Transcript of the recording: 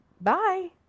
bye